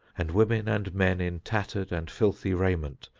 and women and men in tattered and filthy raiment,